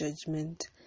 judgment